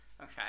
Okay